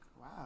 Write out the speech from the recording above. Wow